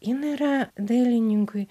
jin yra dailininkui